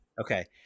Okay